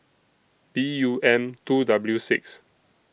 B U M two W six